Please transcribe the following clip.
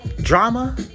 drama